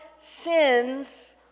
sins